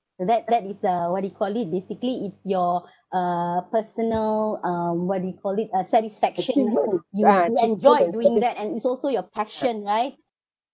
uh that that is uh what do you call it basically it's your uh personal um what do we call it uh satisfaction hmm you do enjoy doing that and it's also your passion right